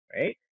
Right